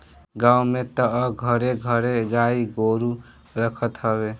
गांव में तअ घरे घरे गाई गोरु रखत हवे